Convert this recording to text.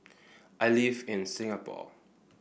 I live in Singapore